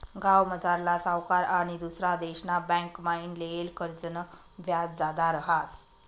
गावमझारला सावकार आनी दुसरा देशना बँकमाईन लेयेल कर्जनं व्याज जादा रहास